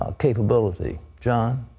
ah capability. john?